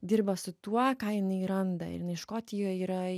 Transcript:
dirba su tuo ką jinai randa ir inai škotijoj yra